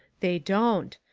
they don't.